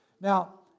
Now